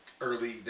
early